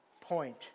point